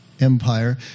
empire